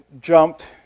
jumped